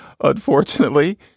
Unfortunately